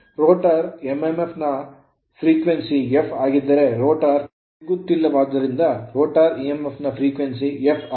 rotor rotor mmf ನ ಆವರ್ತನವು f ಆಗಿದ್ದರೆ ರೋಟರ್ ತಿರುಗುತ್ತಿಲ್ಲವಾದ್ದರಿಂದ ರೋಟರ್ emf ನ frequency ಆವರ್ತನವೂ f ಆಗಿದೆ